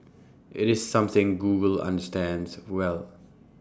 IT is something Google understands well